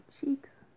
cheeks